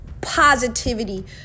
positivity